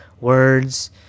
words